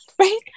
right